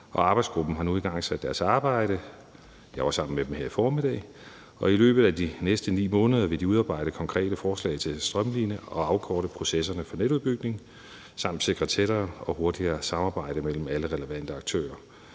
arbejdsgruppen har nu igangsat deres arbejde – jeg var sammen med dem her i formiddag. I løbet af de næste 9 måneder vil de udarbejde konkrete forslag til at strømline og afkorte processerne for netudbygning samt sikre tættere og hurtigere samarbejde mellem alle relevante aktører.